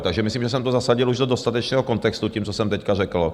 Takže myslím, že jsem to zasadil už do dostatečného kontextu tím, co jsem teď řekl.